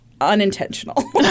unintentional